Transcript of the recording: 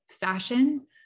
fashion